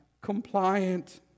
compliant